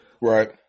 Right